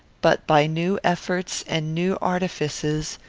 but, by new efforts and new artifices,